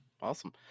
Awesome